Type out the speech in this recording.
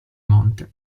monte